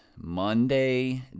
Monday